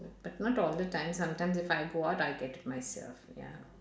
but not all the time sometimes if I go out I'll get it myself ya